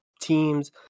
teams